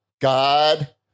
God